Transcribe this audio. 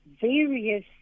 various